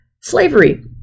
slavery